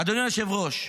אדוני היושב-ראש,